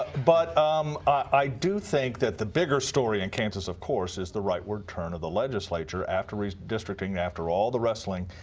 but um i do think the bigger story in kansas, of course, is the rightward turn of the legislature after redistricting, after all the wrestling,